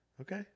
Okay